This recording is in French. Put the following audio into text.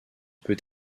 peut